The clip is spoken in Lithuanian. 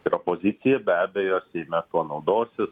ir opozicija be abejo seime tuo naudosis